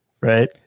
Right